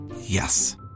Yes